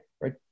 right